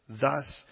Thus